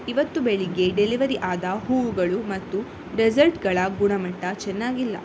ಇವತ್ತು ಬೆಳಗ್ಗೆ ಡೆಲಿವರಿ ಆದ ಹೂವುಗಳು ಮತ್ತು ಡೆಸರ್ಟ್ಗಳ ಗುಣಮಟ್ಟ ಚೆನ್ನಾಗಿಲ್ಲ